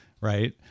right